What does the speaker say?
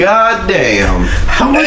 Goddamn